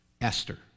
Esther